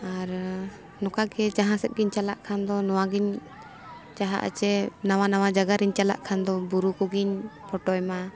ᱟᱨ ᱱᱚᱝᱠᱟ ᱜᱮ ᱡᱟᱦᱟᱸ ᱥᱮᱫ ᱜᱮᱧ ᱪᱟᱞᱟᱜ ᱠᱷᱟᱱ ᱫᱚ ᱱᱚᱣᱟ ᱜᱤᱧ ᱪᱟᱦᱟᱜ ᱟᱥᱮ ᱱᱟᱣᱟ ᱱᱟᱣᱟ ᱡᱟᱭᱜᱟ ᱨᱤᱧ ᱪᱟᱞᱟᱜ ᱠᱷᱟᱱ ᱫᱚ ᱵᱩᱨᱩ ᱠᱚᱜᱮᱧ ᱯᱷᱳᱴᱳᱭ ᱢᱟ